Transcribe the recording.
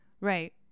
Right